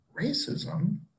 racism